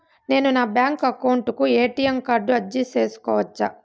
నేను నా bank account కు ఎ.టి.ఎం కార్డు అర్జీ సేసుకోవచ్చా?